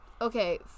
Okay